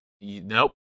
nope